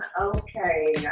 okay